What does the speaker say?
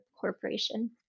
corporation